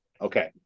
Okay